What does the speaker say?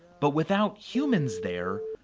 but without humans there,